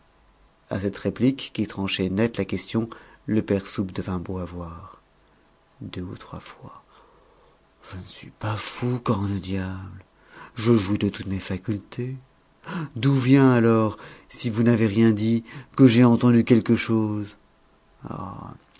à cette réplique qui tranchait net la question le père soupe devint beau à voir deux ou trois fois je ne suis pas fou corne diable je jouis de toutes mes facultés d'où vient alors si vous n'avez rien dit que j'ai entendu quelque chose